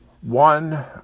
One